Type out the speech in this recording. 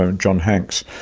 ah john hanks,